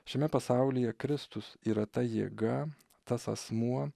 šiame pasaulyje kristus yra ta jėga tas asmuo